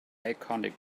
iconic